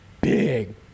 big